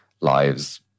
lives